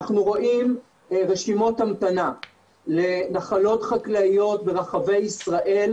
אנחנו רואים רשימות המתנה לנחלות חקלאיות ברחבי ישראל,